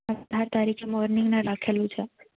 અઢાર તારીખે મોર્નિંગના રાખેલું છે